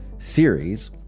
series